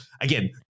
Again